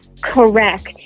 correct